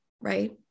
right